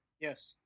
Yes